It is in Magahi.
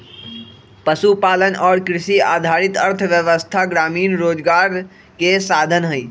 पशुपालन और कृषि आधारित अर्थव्यवस्था ग्रामीण रोजगार के साधन हई